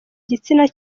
gitsina